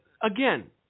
again